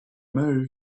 move